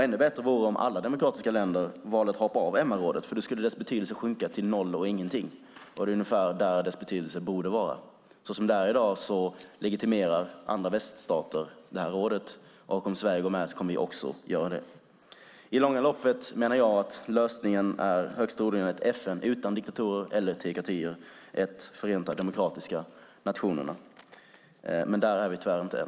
Ännu bättre vore om alla demokratiska länder valde att hoppa av MR-rådet, för då skulle dess betydelse sjunka till noll och ingenting. Det är ungefär där dess betydelse borde vara. Såsom det är i dag legitimerar andra väststater rådet. Om Sverige går med kommer vi också att göra det. I det långa loppet är lösningen, menar jag, högst troligen ett FN utan diktaturer eller teokratier, ett Förenta demokratiska nationerna. Men där är vi tyvärr inte än.